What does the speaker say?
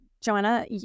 Joanna